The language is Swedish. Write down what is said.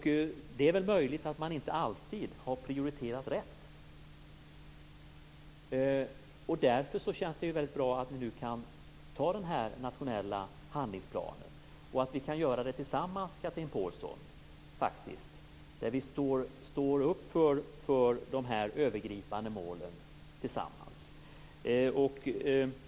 Det är väl möjligt att man inte alltid har prioriterat rätt, och därför känns det väldigt bra att vi nu kan anta den här nationella handlingsplanen och att vi kan göra det tillsammans, Chatrine Pålsson. Vi står upp för dessa övergripande mål tillsammans.